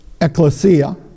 ecclesia